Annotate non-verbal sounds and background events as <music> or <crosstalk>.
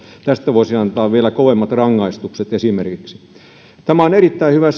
tästä voisi antaa vielä kovemmat rangaistukset tämä on erittäin hyvä <unintelligible>